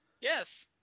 Yes